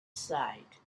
side